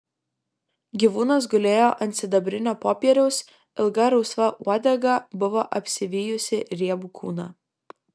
gyvūnas gulėjo ant sidabrinio popieriaus ilga rausva uodega buvo apsivijusi riebų kūną